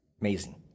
amazing